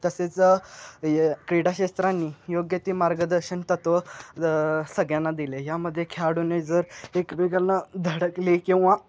तसेच क्रीडाशास्त्रांने योग्य ते मार्गदर्शन तत्व सगळ्यांना दिले ह्यामध्ये खेळाडूने जर एकमेकांना धडकले किंवा